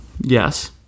Yes